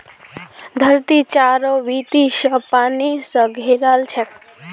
धरती चारों बीती स पानी स घेराल छेक